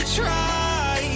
try